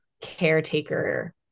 caretaker